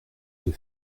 des